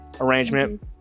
arrangement